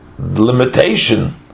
Limitation